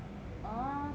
ah 什么